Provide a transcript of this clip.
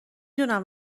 دونم